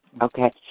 okay